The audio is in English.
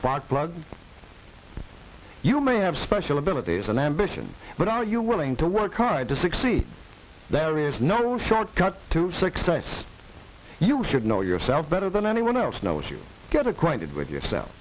spark plug you may have special abilities and ambition but are you willing to work hard to succeed there is no shortcut to success you should know yourself better than anyone else know if you get acquainted with yourself